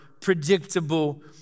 predictable